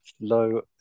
low